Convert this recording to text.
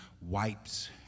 wipes